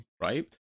right